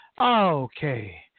Okay